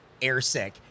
airsick